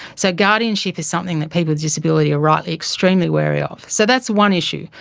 so guardianship is something that people with disability are rightly extremely wary of. so that's one issue.